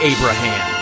Abraham